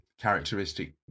characteristic